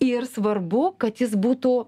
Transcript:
ir svarbu kad jis būtų